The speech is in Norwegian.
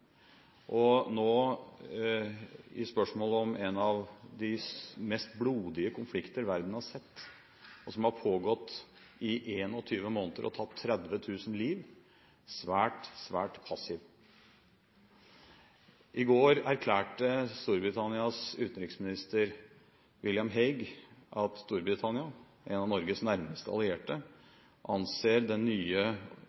og som nå, i spørsmålet om en av de mest blodige konflikter verden har sett, og som har pågått i 21 måneder og tatt 30 000 liv, framstår som svært, svært passiv. I går erklærte Storbritannias utenriksminister William Hague at Storbritannia – en av Norges nærmeste allierte